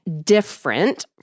different